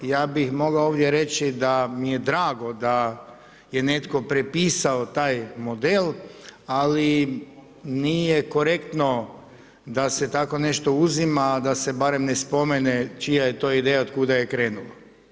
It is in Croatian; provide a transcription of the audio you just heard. Ja bih mogao ovdje reći da mi je drago da je netko prepisao taj model ali nije korektno da se tako nešto uzima a da se barem ne spomene čija je to ideja, otkuda je krenulo.